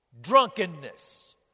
drunkenness